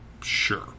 sure